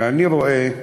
כשאני רואה מעגל,